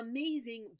Amazing